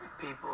people